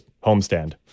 homestand